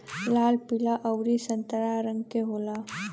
लाल पीला अउरी संतरा रंग के होला